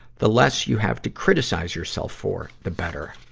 the less you have to criticize yourself for, the better.